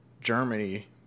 Germany